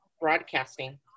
Broadcasting